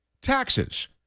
Taxes